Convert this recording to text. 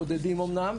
בודדים אמנם,